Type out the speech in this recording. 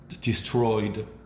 destroyed